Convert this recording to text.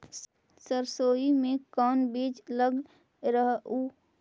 सरसोई मे कोन बीज लग रहेउ?